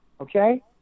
Okay